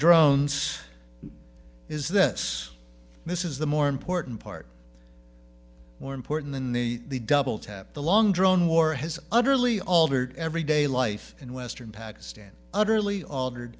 drones is this this is the more important part more important than the double tap the long drone war has utterly altered everyday life in western pakistan utterly altered